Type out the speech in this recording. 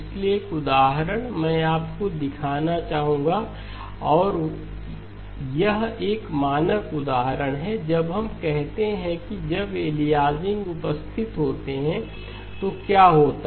इसलिए एक उदाहरण मैं आपको दिखाना चाहूंगा और यह एक मानक उदाहरण है जब हम कहते हैं कि जब एलीयाजिंग उपस्थित होते हैं तो क्या होता है